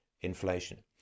inflation